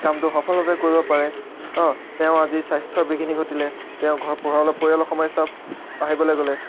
কামটো সফলভাৱে কৰিব পাৰে অঁ তেওঁৰ আজি স্বাস্থ্যৰ বিঘিনি ঘটিলে তেওঁ ঘৰ পৰিয়ালৰ পৰিয়ালৰ সমস্যা আহিবলৈ ক'লে